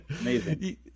amazing